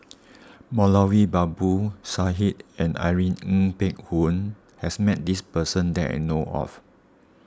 Moulavi Babu Sahib and Irene Ng Phek Hoong has met this person that I know of